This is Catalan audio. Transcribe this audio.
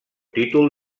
títol